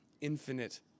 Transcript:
infinite